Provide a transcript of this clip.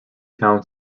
town